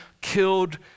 killed